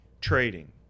trading